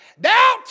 Doubt